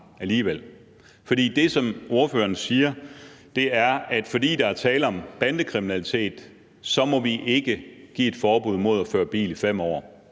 For det, som ordføreren siger, er, at fordi der er tale om bandekriminalitet, må vi ikke give et forbud mod at køre bil i 5 år